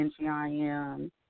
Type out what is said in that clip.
NGIM